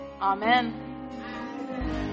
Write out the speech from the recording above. Amen